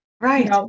right